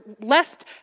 lest